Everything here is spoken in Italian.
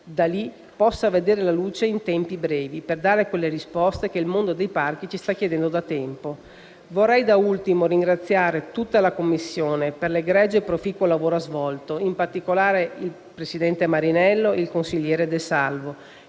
D'Alì, possa essere approvato in tempi brevi, per dare quelle risposte che il mondo dei parchi ci sta chiedendo da tempo. Vorrei in ultimo ringraziare la Commissione per l'egregio e proficuo lavoro svolto, in particolare il presidente Marinello, il consigliere De Salvo,